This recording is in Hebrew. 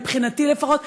מבחינתי לפחות,